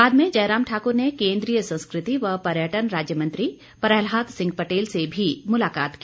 बाद में जयराम ठाक्र ने केन्द्रीय संस्कृति व पर्यटन राज्य मंत्री प्रहलाद सिंह पटेल से भी मुलाकात की